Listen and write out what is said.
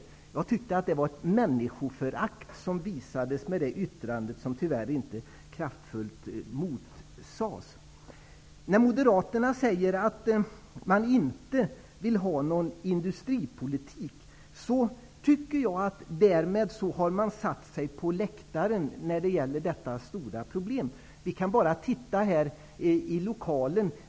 Det yttrandet tycker jag visar på ett människoförakt. Tyvärr var det ingen som kraftfullt sade emot. Moderaterna säger att de inte vill ha någon industripolitik. Därmed tycker jag att man har satt sig på läktaren när det gäller detta stora problem. Det är bara att se vilka som finns här i lokalen.